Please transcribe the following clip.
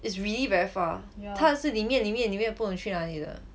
is really very far 他的是里面里面里面不懂去哪里的